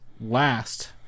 last